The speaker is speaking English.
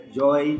joy